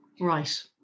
Right